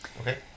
Okay